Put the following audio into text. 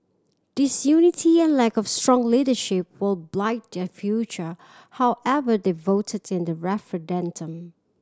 disunity and lack of strong leadership will blight their future however they voted in the referendum